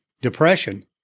Depression